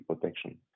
protection